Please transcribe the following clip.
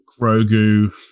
Grogu